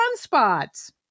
sunspots